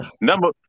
number